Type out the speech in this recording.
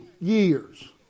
years